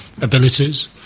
abilities